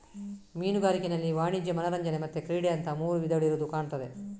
ಮೀನುಗಾರಿಕೆನಲ್ಲಿ ವಾಣಿಜ್ಯ, ಮನರಂಜನೆ ಮತ್ತೆ ಕ್ರೀಡೆ ಅಂತ ಮೂರು ವಿಧಗಳಿರುದು ಕಾಣ್ತದೆ